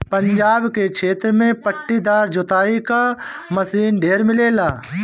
पंजाब के क्षेत्र में पट्टीदार जोताई क मशीन ढेर मिलेला